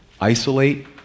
Isolate